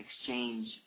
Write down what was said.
exchange